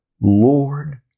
Lord